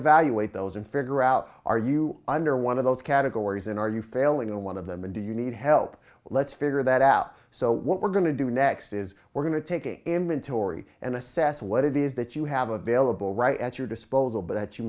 evaluate those and figure out are you under one of those categories and are you failing in one of them and do you need help let's figure that out so what we're going to do next is we're going to taking inventory and assess what it is that you have available right at your disposal but